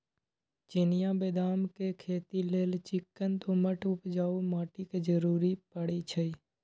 चिनियाँ बेदाम के खेती लेल चिक्कन दोमट उपजाऊ माटी के जरूरी पड़इ छइ